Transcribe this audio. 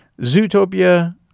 zootopia